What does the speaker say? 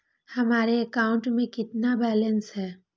हमारे अकाउंट में कितना बैलेंस है?